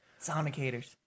Sonicators